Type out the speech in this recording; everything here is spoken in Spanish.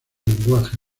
lenguaje